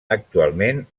actualment